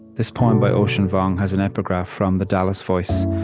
this poem by ocean vuong has an epigraph from the dallas voice.